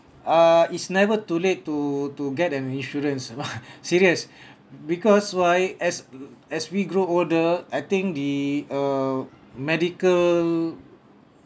err is never too late to to get an insurance lah serious because why as as we grow older I think the uh medical